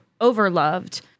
overloved